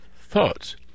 thought